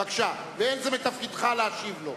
ואין זה מתפקידך להשיב לו.